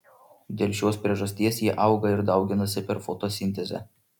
dėl šios priežasties jie auga ir dauginasi per fotosintezę